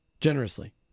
generously